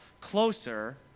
closer